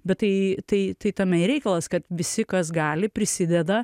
bet tai tai tai tame ir reikalas kad visi kas gali prisideda